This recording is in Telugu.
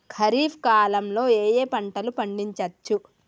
ఖరీఫ్ కాలంలో ఏ ఏ పంటలు పండించచ్చు?